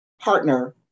partner